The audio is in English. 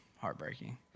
Heartbreaking